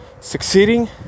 succeeding